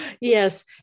Yes